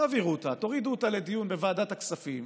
תעבירו אותה, תורידו אותה לדיון בוועדת הכספים.